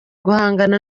guhangana